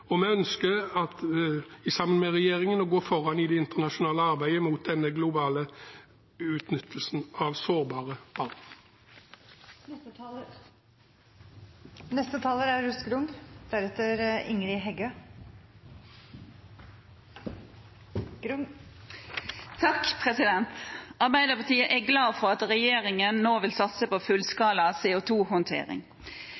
og vi ønsker sammen med regjeringen å gå foran i det internasjonale arbeidet mot denne globale utnyttelsen av sårbare barn. Arbeiderpartiet er glad for at regjeringen nå vil satse på fullskala CO 2 -håndtering. Det er